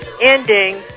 ending